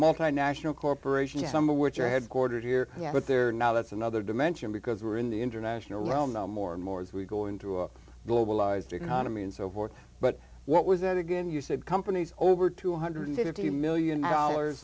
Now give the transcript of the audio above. multinational corporations some of which are headquartered here yeah but they're now that's another dimension because we're in the international realm no more and more as we go into a globalized economy and so forth but what was that again you said companies over two hundred and fifty million dollars